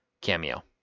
cameo